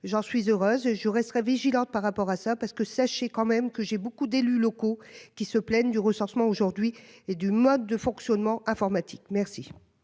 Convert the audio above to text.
j'en suis heureuse je resterai vigilante par rapport à ça parce que sachez quand même que j'ai beaucoup d'élus locaux qui se plaignent du recensement aujourd'hui et du mode de fonctionnement informatique merci.